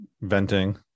venting